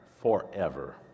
forever